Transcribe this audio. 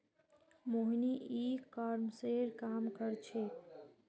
मोहिनी ई कॉमर्सेर काम कर छेक्